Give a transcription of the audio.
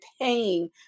paying